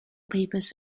papers